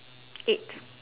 eight